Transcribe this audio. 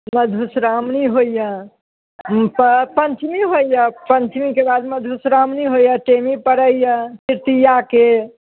मधुश्राओणी होइया तऽ पञ्चमी होइया पञ्चमीके बाद मधुश्राओणी होइया टेमी पड़ैया तृतीयाके